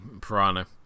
Piranha